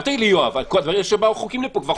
אל תגיד לי "יואב", באו חוקים לפה.